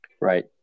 right